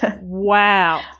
wow